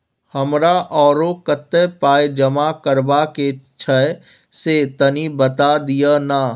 हमरा आरो कत्ते पाई जमा करबा के छै से तनी बता दिय न?